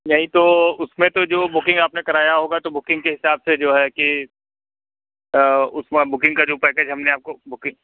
यही तो उस में तो जो बुकिंग आपने कराया होगा तो बुकिंग के हिसाब से जो है कि उस में बुकिंग का जो पैकेज हम ने आपको बुकिंग